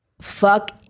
Fuck